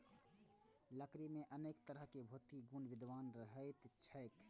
लकड़ी मे अनेक तरहक भौतिक गुण विद्यमान रहैत छैक